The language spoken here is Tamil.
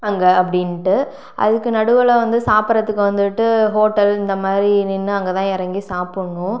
அங்கே அப்படின்னுட்டு அதுக்கு நடுவில் வந்து சாப்பிடறதுக்கு வந்துட்டு ஹோட்டல் இந்த மாதிரி நின்று அங்கே தான் இறங்கி சாப்பிடணும்